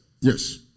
Yes